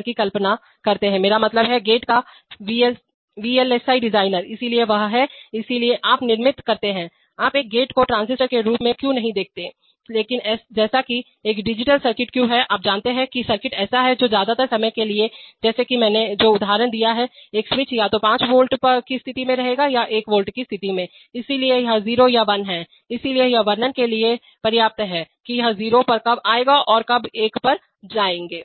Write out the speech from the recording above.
की कल्पना करते हैं मेरा मतलब है गेट का वीएलएसआई डिजाइनर इसलिए वह है इसलिए आप निर्माण करते हैं आप एक गेट को ट्रांजिस्टर के रूप में क्यों नहीं देखते हैं लेकिन जैसा कि एक डिजिटल सर्किट क्योंकि आप जानते हैं कि सर्किट ऐसा है जो ज्यादातर समय के लिए है जैसे कि मैंने जो उदाहरण दिया है एक स्विच या तो 5 वोल्ट की स्थिति में रहेगा या 1 वोल्ट की स्थिति में इसलिए यह 0 या 1 है इसलिए यह वर्णन करने के लिए पर्याप्त है कि यह 0 पर कब जाएगा और कब आप एक पर जाएंगे